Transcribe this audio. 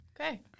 Okay